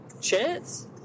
chance